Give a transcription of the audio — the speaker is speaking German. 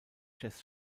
jazz